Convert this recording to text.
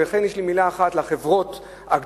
וכן יש לי מלה אחת לחברות הגדולות,